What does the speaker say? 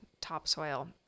topsoil